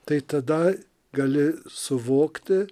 tai tada gali suvokti